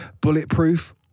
bulletproof